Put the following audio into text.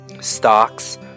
Stocks